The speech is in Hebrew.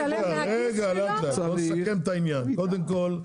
קודם כול,